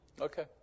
okay